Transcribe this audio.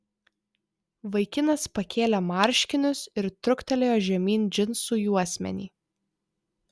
vaikinas pakėlė marškinius ir truktelėjo žemyn džinsų juosmenį